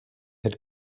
had